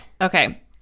Okay